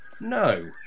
No